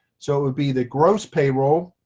so it would be the gross payroll,